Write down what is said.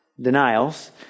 denials